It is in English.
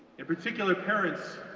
in particular, parents,